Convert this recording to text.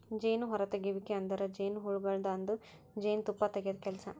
ಜೇನು ಹೊರತೆಗೆಯುವಿಕೆ ಅಂದುರ್ ಜೇನುಹುಳಗೊಳ್ದಾಂದು ಜೇನು ತುಪ್ಪ ತೆಗೆದ್ ಕೆಲಸ